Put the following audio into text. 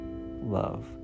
love